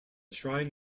shrine